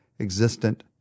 existent